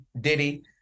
Diddy